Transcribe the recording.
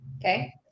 Okay